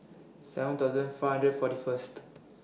seven thousand four hundred and forty First